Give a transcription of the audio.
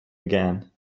again